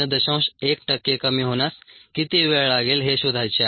1 टक्के कमी होण्यास किती वेळ लागेल हे शोधायचे आहे